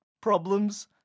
problems